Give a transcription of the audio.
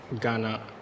Ghana